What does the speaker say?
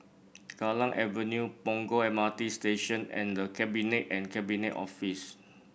Kallang Avenue Punggol M R T Station and The Cabinet and Cabinet Office